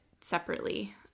separately